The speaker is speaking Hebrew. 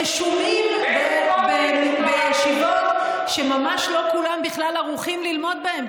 רשומים בישיבות שממש לא כולם בכלל ערוכים ללמוד בהן,